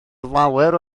lawer